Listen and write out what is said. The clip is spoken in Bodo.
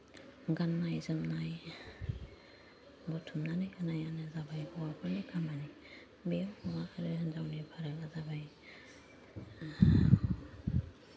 गाननाय जोमनाय बुथुमनानै होनायानो जाबाय हौवाफोरनि खामानि बे हौवा आरो हिनजावनि फारागा जाबाय